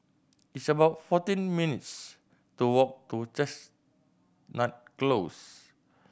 it's about fourteen minutes' to walk to Chestnut Close